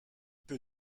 peut